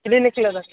Shriniti Nagar